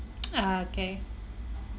ah okay